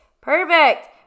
perfect